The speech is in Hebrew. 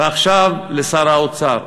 ועכשיו לשר האוצר.